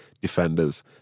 defenders